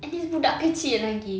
and it's budak kecil lagi